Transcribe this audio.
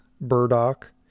burdock